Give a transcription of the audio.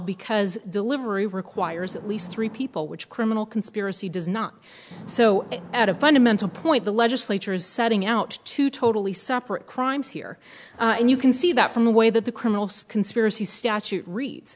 because delivery requires at least three people which criminal conspiracy does not so at a fundamental point the legislature is setting out two totally separate crimes here and you can see that from the way that the criminal conspiracy statute reads